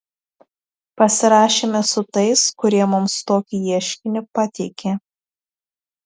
pasirašėme su tais kurie mums tokį ieškinį pateikė